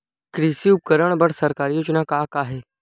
कृषि उपकरण बर सरकारी योजना का का हे?